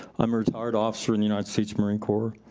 i'm a retired officer in the united states marine corp.